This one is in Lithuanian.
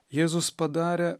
jėzus padarė